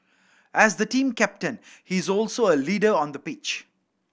as the team captain he is also a leader on the pitch